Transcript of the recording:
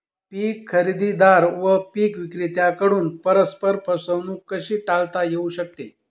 पीक खरेदीदार व पीक विक्रेत्यांकडून परस्पर फसवणूक कशी टाळता येऊ शकते?